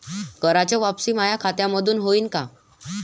कराच वापसी माया खात्यामंधून होईन का?